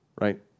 right